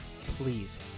please